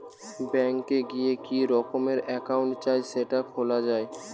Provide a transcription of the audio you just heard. bank এ গিয়ে কি রকমের একাউন্ট চাই সেটা খোলা যায়